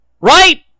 Right